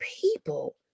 people